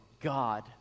God